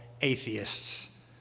atheists